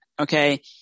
Okay